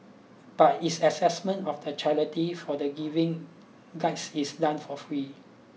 but its assessment of the charities for the Giving Guides is done for free